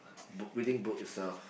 book reading book itself